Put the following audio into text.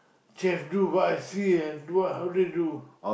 chef do but I see and do ah how they do